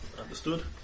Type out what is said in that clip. understood